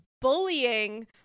bullying